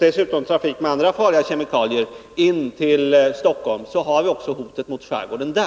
liksom också trafik med andra farliga kemikalier, in till Stockholm finns hotet mot skärgården kvar.